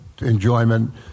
enjoyment